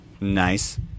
nice